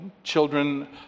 Children